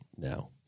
now